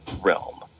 realm